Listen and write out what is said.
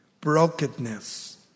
brokenness